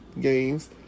games